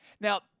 Now